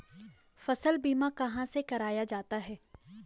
फसल बीमा कहाँ से कराया जाता है?